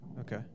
okay